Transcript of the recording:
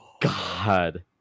God